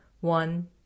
One